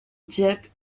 dieppe